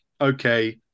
okay